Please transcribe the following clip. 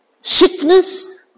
Sickness